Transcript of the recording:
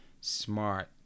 smart